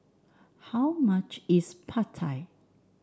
how much is Pad Thai